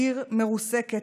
העיר מרוסקת.